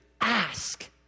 ask